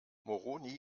moroni